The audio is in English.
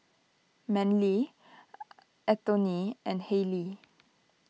Manly Anthoney and Hailie